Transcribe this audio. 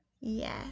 yes